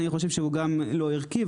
אני חושב שהוא גם לא ערכי,